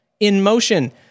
InMotion